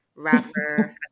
Rapper